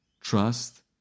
Trust